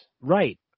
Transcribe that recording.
Right